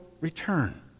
Return